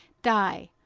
die,